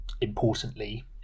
importantly